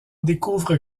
découvre